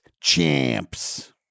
champs